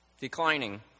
declining